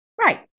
Right